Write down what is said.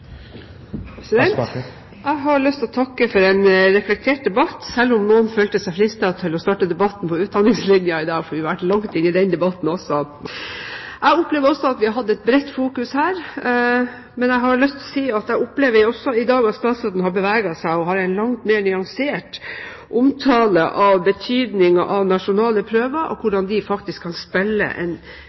Jeg har lyst til å takke for en reflektert debatt, selv om noen følte seg fristet til å starte debatten på utdanningslinjen i dag – for vi har vært langt inne i den debatten også. Jeg opplever at vi har hatt et bredt fokus her, men jeg har lyst til å si at jeg i dag også opplever at statsråden har beveget seg. Hun har en langt mer nyansert omtale av betydningen av nasjonale prøver, hvordan de faktisk kan spille en